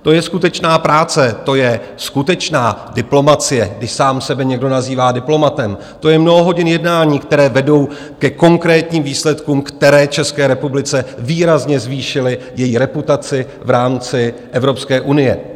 To je skutečná práce, to je skutečná diplomacie, když sám sebe někdo nazývá diplomatem, to je mnoho hodin jednání, které vedou ke konkrétním výsledkům, které České republice výrazně zvýšily její reputaci v rámci Evropské unie.